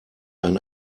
ein